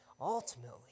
Ultimately